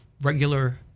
regular